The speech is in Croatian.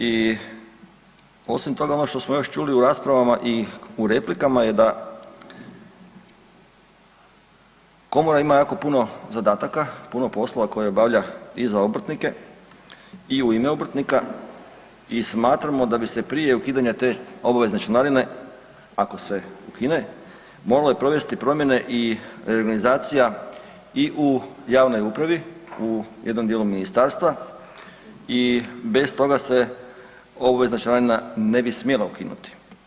I osim toga ono što smo još čuli u raspravama i u replikama je da komora ima jako puno zadataka, puno poslova koje obavlja i za obrtnike i u ime obrtnika i smatramo da bi se prije ukidanja te obavezne članarine, ako se ukine, mogle provesti promjene i reorganizacija i u javnoj upravi u jednom dijelu ministarstva i bez toga se obavezna članarine ne bi smjela ukinuti.